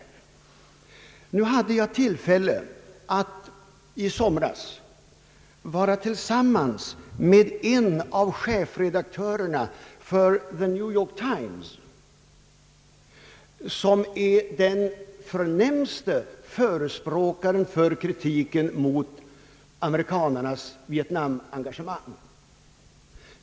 I somras hade jag tillfälle att vara tillsammans med en av chefredaktörerna för The New York Times, som är den främste företrädaren för kritiken mot Amerikas vietnamengagemang.